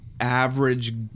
average